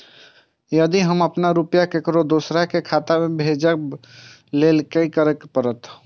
हम यदि अपन रुपया ककरो दोसर के खाता में भेजबाक लेल कि करै परत?